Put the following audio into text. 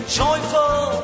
joyful